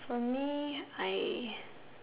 for me I